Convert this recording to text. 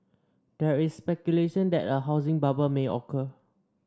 there is speculation that a housing bubble may occur